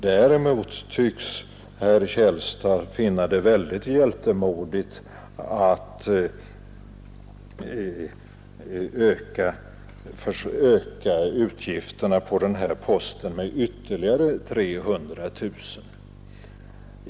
Däremot tycks herr Källstad finna det väldigt hjältemodigt att öka utgifterna på denna post med ytterligare 300 000 kronor.